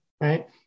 right